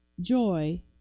joy